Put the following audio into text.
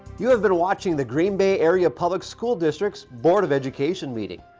you have been watching the green bay area public school district's board of education meeting.